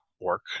work